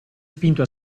spinto